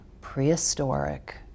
prehistoric